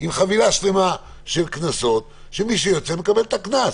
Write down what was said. עם חבילה שלמה של קנסות שמי שיוצא מקבל את הקנס.